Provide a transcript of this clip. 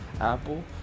Apple